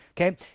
Okay